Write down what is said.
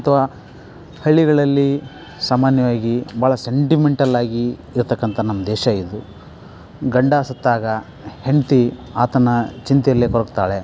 ಅಥವಾ ಹಳ್ಳಿಗಳಲ್ಲಿ ಸಾಮಾನ್ಯವಾಗಿ ಭಾಳ ಸೆಂಟಿಮೆಂಟಲ್ಲಾಗಿ ಇರತಕ್ಕಂತ ನಮ್ಮ ದೇಶ ಇದು ಗಂಡ ಸತ್ತಾಗ ಹೆಂಡತಿ ಆತನ ಚಿಂತೆಯಲ್ಲೆ ಕೊರಗ್ತಾಳೆ